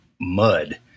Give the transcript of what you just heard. mud